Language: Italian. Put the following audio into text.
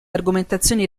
argomentazioni